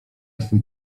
twój